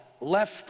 left